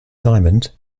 diamond